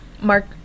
mark